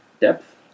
depth